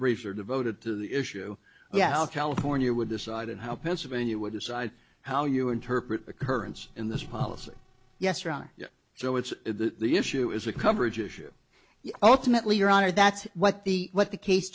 briefs are devoted to the issue yeah all california would decide and how pennsylvania would decide how you interpret occurrence in this policy yes or so it's the issue is the coverage issue ultimately your honor that's what the what the case